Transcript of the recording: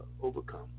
overcome